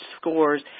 scores